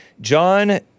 John